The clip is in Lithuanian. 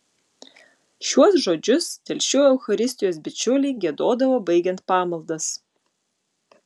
šiuos žodžius telšių eucharistijos bičiuliai giedodavo baigiant pamaldas